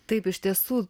taip iš tiesų